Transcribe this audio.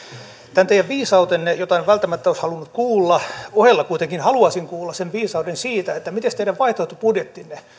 tämän teidän viisautenne jota en välttämättä olisi halunnut kuulla ohella kuitenkin haluaisin kuulla sen viisauden siitä että mites teidän vaihtoehtobudjettinne